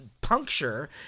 puncture